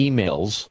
Emails